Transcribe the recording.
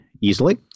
easily